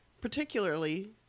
particularly